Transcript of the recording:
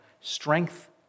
strength